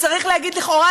וצריך להגיד לכאורה,